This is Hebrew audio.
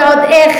ועוד איך,